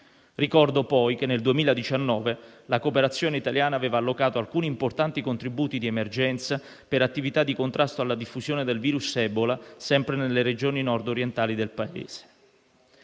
Ricordo, poi, che nel 2019 la Cooperazione italiana aveva allocato alcuni importanti contributi di emergenza per attività di contrasto alla diffusione del virus Ebola sempre nelle regioni nord-orientali del Paese.